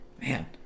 Man